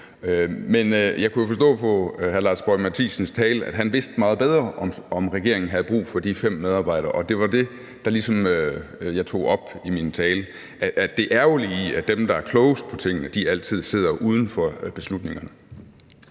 Men jeg kunne forstå på hr. Lars Boje Mathiesens tale, at han vidste meget bedre, om regeringen havde brug for de fem medarbejdere, og det var det, jeg tog op i min tale – det ærgerlige i, at dem, der er klogest på tingene, altid sidder uden for beslutningerne.